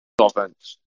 offense